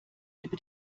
über